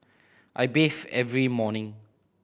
I bathe every morning